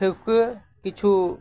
ᱴᱷᱟᱹᱣᱠᱟᱹ ᱠᱤᱪᱷᱩ